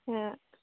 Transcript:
हँ